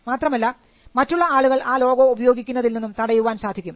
മാത്രമല്ല മറ്റുള്ള ആളുകൾ ആ ലോഗോ ഉപയോഗിക്കുന്നതിൽ നിന്നും തടയുവാൻ സാധിക്കും